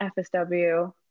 FSW